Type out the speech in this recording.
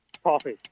coffee